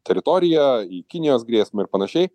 teritoriją į kinijos grėsmę ir panašiai